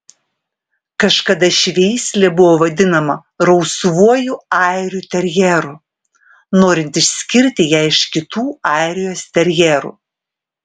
kažkada ši veislė buvo vadinama rausvuoju airių terjeru norint išskirti ją iš kitų airijos terjerų